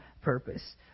purpose